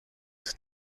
was